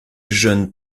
jeune